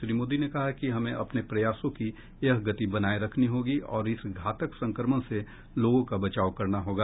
श्री मोदी ने कहा कि हमें अपने प्रयासों की यह गति बनाये रखनी होगी और इस घातक संक्रमणसे लोगों का बचाव करना होगा